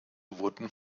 wurden